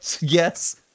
yes